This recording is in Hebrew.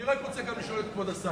אני רק רוצה גם לשאול את כבוד השר: